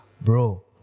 Bro